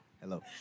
Hello